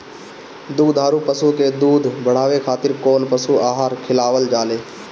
दुग्धारू पशु के दुध बढ़ावे खातिर कौन पशु आहार खिलावल जाले?